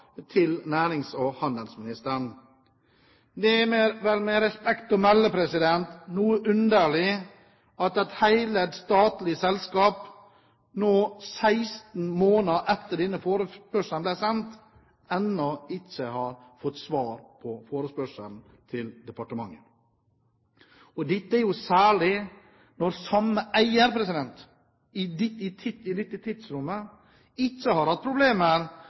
til nærings- og handelsministeren. Det er med respekt å melde noe underlig at et heleid statlig selskap, nå 16 måneder etter denne forespørselen ble sendt, ennå ikke har fått et svar fra departementet, særlig når samme eier i dette tidsrommet ikke har hatt problemer med å hente ut svært mange milliarder i utbytte fra det samme selskapet. I perioden 2006–2009 har